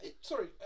Sorry